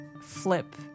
flip